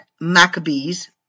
Maccabees